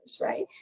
right